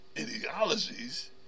ideologies